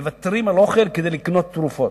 מוותרים על אוכל כדי לקנות תרופות.